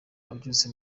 abyutse